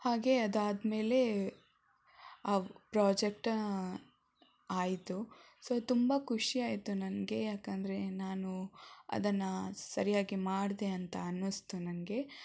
ಹಾಗೆ ಅದಾದ ಮೇಲೆ ಆ ಪ್ರಾಜೆಕ್ಟ್ ಆಯಿತು ಸೊ ತುಂಬ ಖುಷಿ ಆಯಿತು ನನಗೆ ಯಾಕೆಂದರೆ ನಾನು ಅದನ್ನು ಸರಿಯಾಗಿ ಮಾಡಿದೆ ಅಂತ ಅನ್ನಿಸ್ತು ನನಗೆ